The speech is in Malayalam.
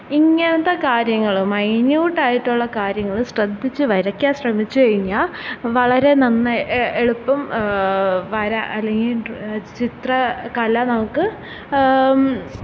ഇങ്ങനത്തെ കാര്യങ്ങള് മൈന്യൂട്ടായിട്ടുള്ള കാര്യങ്ങള് ശ്രദ്ധിച്ച് വരക്കാൻ ശ്രമിച്ച് കഴിഞ്ഞാൽ വളരെ നന്നായി എ എളുപ്പം വര അല്ലെങ്കിൽ ഡ്ര ചിത്ര കല നമുക്ക്